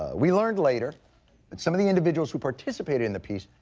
ah we learned later that some of the individuals who participated in the piece,